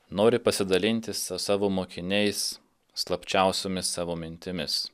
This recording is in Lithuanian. nori pasidalinti sa savo mokiniais slapčiausiomis savo mintimis